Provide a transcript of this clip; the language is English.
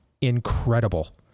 incredible